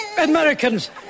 Americans